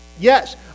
Yes